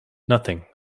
nothing